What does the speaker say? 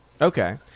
Okay